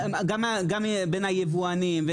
גם בין היבואנים,